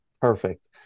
Perfect